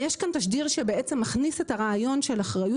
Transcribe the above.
יש כאן תשדיר שבעצם מכניס את הרעיון של אחריות